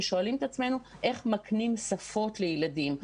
ושואלים את עצמנו: איך מקנים שפות לילדים?